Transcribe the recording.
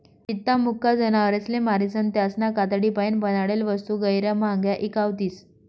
जित्ता मुका जनावरसले मारीसन त्यासना कातडीपाईन बनाडेल वस्तू गैयरा म्हांग्या ईकावतीस